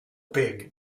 big